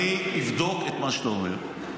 אני אבדוק את מה שאתה אומר.